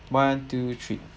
one two three